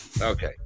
Okay